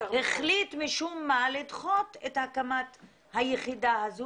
החליט משום מה לדחות את הקמת היחידה הזאת